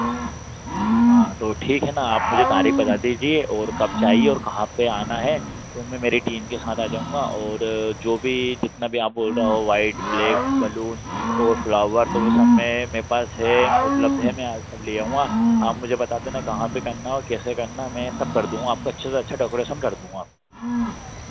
हाँ तो ठीक है ना आप मुझे तारीख बता दीजिये और कब चाहिये और कहाँ पे आना है तो मैं मेरी टीम के साथ आ जाऊंगा और जो भी जितना भी आप बोल रहे हो व्हाइट ब्लैक बलून और फ्लावर तो वो सब मैं मेरे पास है उपलब्ध है मैं सब ले आऊँगा आप मुझे बता देना कहाँ पे करना है और कैसे करना मैं सब कर दूंगा आपका अच्छे से अच्छा डेकोरेशन कर दूंगा